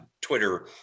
twitter